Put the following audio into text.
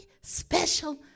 special